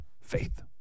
Faith